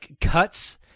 cuts